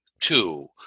two